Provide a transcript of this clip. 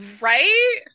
Right